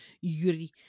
Yuri